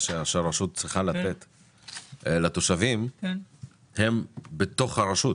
שהרשות צריכה לתת לתושבים הם בתוך הרשות